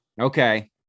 Okay